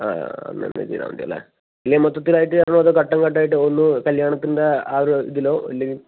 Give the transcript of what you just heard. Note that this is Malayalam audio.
ആ അങ്ങനെ തന്നെ ചെയ്താൽ മതി അല്ലേ ഇനി മൊത്തത്തിലായിട്ടാണോ അതോ ഘട്ടം ഘട്ടമായിട്ട് ഒന്നു കല്യാണത്തിൻ്റെ ആ ഒരു ഇതിലോ അല്ലെങ്കിൽ